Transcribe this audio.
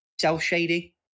self-shady